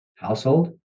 Household